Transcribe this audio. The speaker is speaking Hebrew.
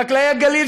חקלאי הגליל,